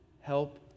help